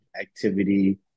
activity